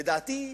לדעתי,